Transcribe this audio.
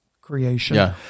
creation